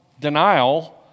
denial